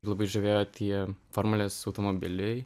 labai žavėjo tie formulės automobiliai